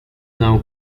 now